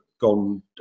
gone